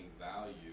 value